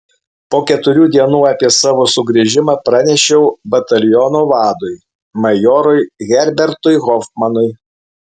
po keturių dienų apie savo sugrįžimą pranešiau bataliono vadui majorui herbertui hofmanui